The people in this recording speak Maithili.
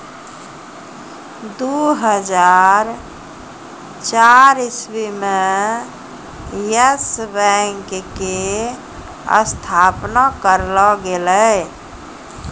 दु हजार चार इस्वी मे यस बैंक के स्थापना करलो गेलै